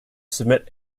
submit